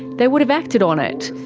they would have acted on it.